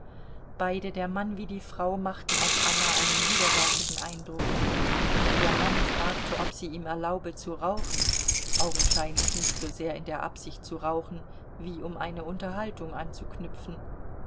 beide der mann wie die frau machten auf anna einen widerwärtigen eindruck der mann fragte ob sie ihm erlaube zu rauchen augenscheinlich nicht sosehr in der absicht zu rauchen wie um eine unterhaltung anzuknüpfen